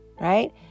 right